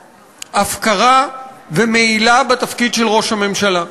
הפקרה, ומעילה בתפקיד של ראש הממשלה.